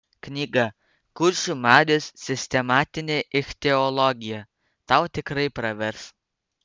knyga kuršių marios sistematinė ichtiologija tau tikrai pravers